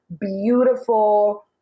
beautiful